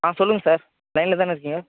ஆ சொல்லுங்கள் சார் லைனில் தானே இருக்கீங்க